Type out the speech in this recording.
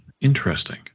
Interesting